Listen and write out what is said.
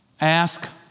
Ask